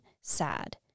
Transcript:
sad